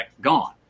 gone